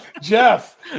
Jeff